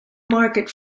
market